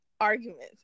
Arguments